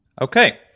Okay